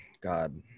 God